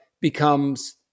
becomes